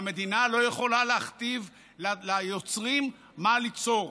והמדינה לא יכולה להכתיב ליוצרים מה ליצור.